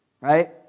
right